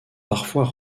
parfois